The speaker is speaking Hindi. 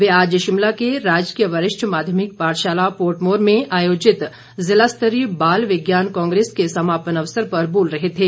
वे आज शिमला के राजकीय वरिष्ठ माध्यमिक पाठशाला पोर्टमोर में आयोजित ज़िला स्तरीय बाल विज्ञान कांग्रेस के समापन अवसर पर बोल रहे थे